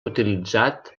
utilitzat